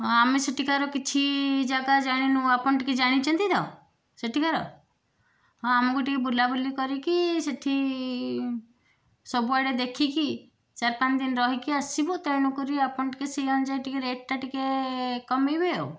ହଁ ଆମେ ସେଠିକାର କିଛି ଜାଗା ଜାଣିନୁ ଆପଣ ଟିକେ ଜାଣିଛନ୍ତି ତ ସେଠିକାର ହଁ ଆମକୁ ଟିକେ ବୁଲାବୁଲି କରିକି ସେଠି ସବୁଆଡ଼େ ଦେଖିକି ଚାରି ପାଞ୍ଚଦିନ ରହିକି ଆସିବୁ ତେଣୁକରି ଆପଣ ଟିକେ ସେଇ ଅନୁଯାୟୀ ରେଟଟା ଟିକେ କମେଇବେ ଆଉ